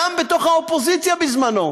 גם בתוך האופוזיציה בזמנה,